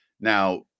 Now